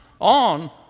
on